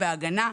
בהגנה,